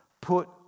put